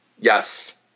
Yes